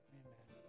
amen